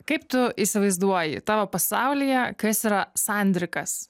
kaip tu įsivaizduoji tavo pasaulyje kuris yra sandrikas